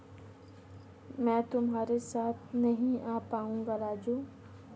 मैं कल तुम्हारे साथ नहीं आ पाऊंगा राजू